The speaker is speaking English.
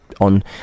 on